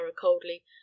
coldly